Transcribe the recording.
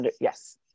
Yes